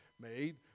made